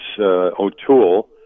O'Toole